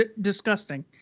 Disgusting